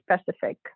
specific